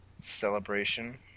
celebration